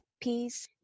peace